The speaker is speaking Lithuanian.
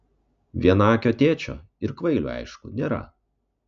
vienaakio tėčio ir kvailiui aišku nėra